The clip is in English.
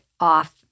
off